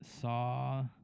saw